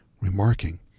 remarking